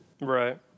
Right